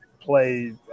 play